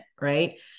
right